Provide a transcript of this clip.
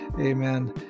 amen